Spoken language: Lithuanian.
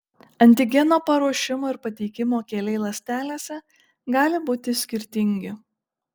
antigeno paruošimo ir pateikimo keliai ląstelėse gali būti skirtingi